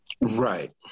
Right